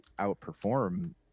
outperform